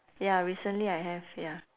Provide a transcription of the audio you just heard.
ya recently I have ya